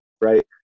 right